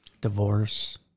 divorce